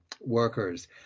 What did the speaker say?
workers